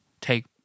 take